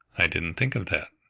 i didn't think of that,